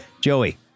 Joey